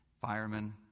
firemen